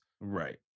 Right